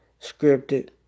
scripted